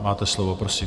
Máte slovo, prosím.